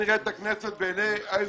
הכנסת בעיני האזרחים.